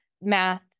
math